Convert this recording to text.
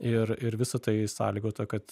ir ir visa tai sąlygota kad